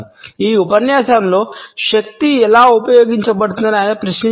ఈ ఉపన్యాసంలో శక్తి ఎలా ఉపయోగించబడుతుందని ఆయన ప్రశ్నించారు